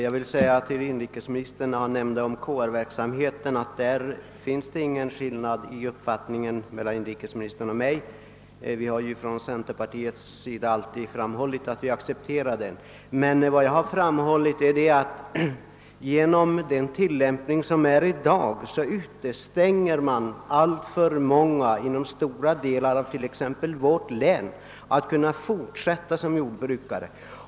Herr talman! Beträffande KR-verksamheten råder inga skiljaktigheter i uppfattning mellan inrikesministern och mig. Vi inom centerpartiet har ju alltid framhållit att vi accepterar denna verksamhet. Vad jag har sagt är att den tilllämpning av bestämmelserna som i dag sker utestänger alltför många inom stora delar av t.ex. mitt hemlän från att kunna fortsätta som jordbrukare.